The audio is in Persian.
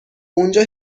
اونجا